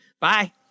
Bye